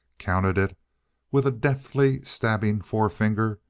counted it with a deftly stabbing forefinger,